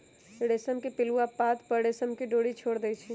रेशम के पिलुआ पात पर रेशम के डोरी छोर देई छै